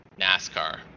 NASCAR